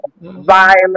violent